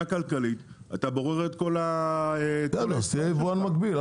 כלכלית אתה בורר את כל ה --- אז תהיה יבואן מקביל,